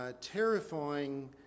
terrifying